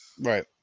right